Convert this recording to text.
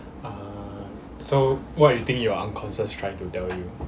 ah so what you think your unconscious trying to tell you